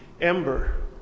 ember